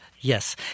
Yes